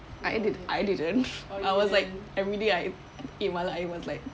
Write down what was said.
I did I didn't and I was like everyday I eat mala I was like